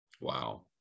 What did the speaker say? Wow